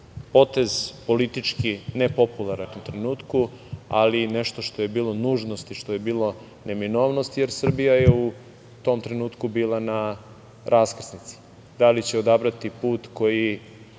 potez politički nepopularan u datom trenutku, ali nešto što je bilo nužnost, što je bilo neminovnost, jer Srbija je u tom trenutku bila na raskrsnici. Da li će odabrati put koji